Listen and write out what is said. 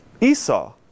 Esau